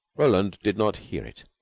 roland did not hear it.